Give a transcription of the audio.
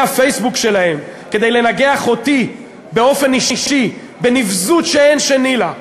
הפייסבוק שלהם כדי לנגח אותי באופן אישי בנבזות שאין שנייה לה,